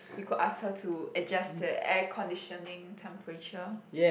we could ask her to adjust the air conditioning temperature